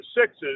sixes